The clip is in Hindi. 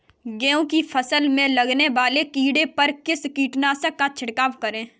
गेहूँ की फसल में लगने वाले कीड़े पर किस कीटनाशक का छिड़काव करें?